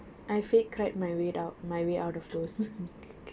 I fake cried my weight out my way out of those